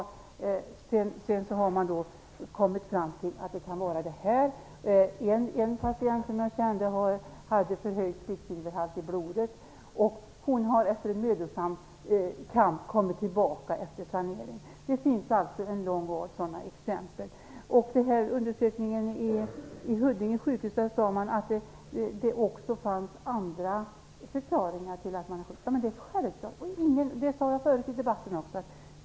Sedan har man kommit fram till att det kan vara påverkan av amalgam. En patient hade förhöjd kvicksilverhalt i blodet. Efter en mödosam kamp har hon kommit tillbaka efter amalgamsanering. Det finns alltså en lång rad sådana exempel. I samband med undersökningen vid Huddinge sjukhus sade man att det också fanns andra förklaringar. Men det är ju självklart, och det sade jag också tidigare i debatten.